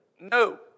No